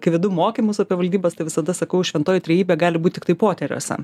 kai vedu mokymus apie valdybas tai visada sakau šventoji trejybė gali būt tiktai poteriuose